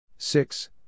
Six